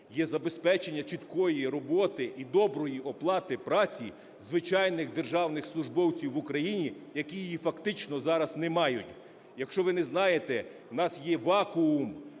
є забезпечення чіткої роботи і доброї оплати праці звичайних державних службовців в Україні, які її фактично зараз не мають. Якщо ви не знаєте, в нас є вакуум